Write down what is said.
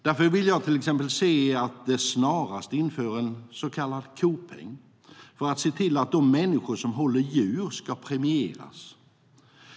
Därför vill jag se att det snarast införs en så kallad kopeng för att se till att just de människor som håller djur ska premieras.